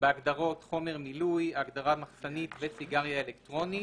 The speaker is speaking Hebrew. בהגדרות "חומר מילוי" ההגדרה "מחסנית וסיגריה אלקטרונית"